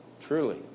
Truly